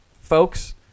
Folks